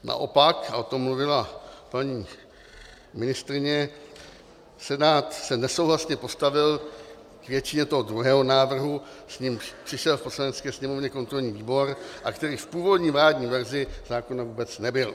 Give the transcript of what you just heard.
Naopak, a o tom mluvila paní ministryně, Senát se nesouhlasně postavil k většině toho druhého návrhu, s nímž přišel v Poslanecké sněmovně kontrolní výbor a který v původní vládní verzi zákona vůbec nebyl.